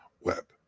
web